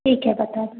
ठीक है बता दो